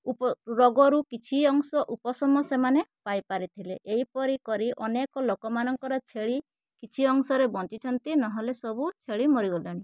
ଉପ ରୋଗରୁ କିଛି ଅଂଶ ଉପଶମ ସେମାନେ ପାଇପାରିଥିଲେ ଏହିପରି କରି ଅନେକ ଲୋକମାନଙ୍କର ଛେଳି କିଛି ଅଂଶରେ ବଞ୍ଚିଛନ୍ତି ନହେଲେ ସବୁ ଛେଳି ମରିଗଲେଣି